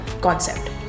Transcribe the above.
concept